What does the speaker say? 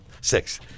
Six